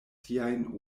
siajn